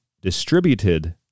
distributed